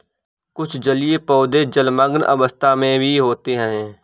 कुछ जलीय पौधे जलमग्न अवस्था में भी होते हैं